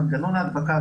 מנגנון ההדבקה,